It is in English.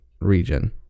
region